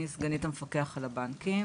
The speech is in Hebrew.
אני סגנית המפקח על הבנקים,